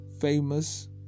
famous